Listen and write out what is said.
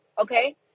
okay